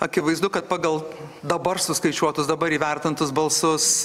akivaizdu kad pagal dabar suskaičiuotus dabar įvertintus balsus